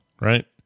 right